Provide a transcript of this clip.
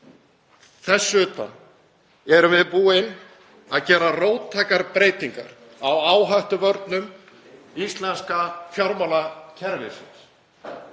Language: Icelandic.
Þess utan höfum við gert róttækar breytingar á áhættuvörnum íslenska fjármálakerfisins.